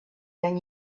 than